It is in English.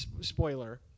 Spoiler